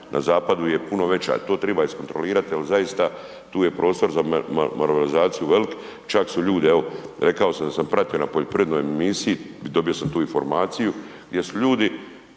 na zapadu je puno veća, to triba iskontrolirat jer zaista tu je prostor za malverzaciju velik, čak su ljudi evo rekao sam da sam pratio na poljoprivrednoj emisiji, dobio sam tu informaciju, gdje su ljudi